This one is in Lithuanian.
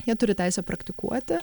jie turi teisę praktikuoti